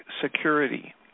security